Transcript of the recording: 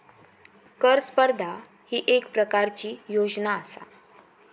कर स्पर्धा ही येक प्रकारची योजना आसा